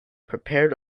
prepared